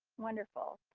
wonderful.